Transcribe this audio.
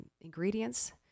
ingredients